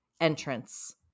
entrance